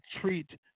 treat